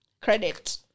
credit